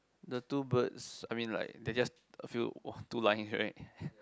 the two birds I mean like they just a few two lines right